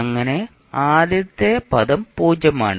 അങ്ങനെ ആദ്യത്തെ പദം പൂജ്യമാണ്